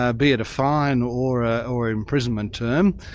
ah be it a fine, or ah or imprisonment term,